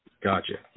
Gotcha